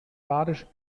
badischen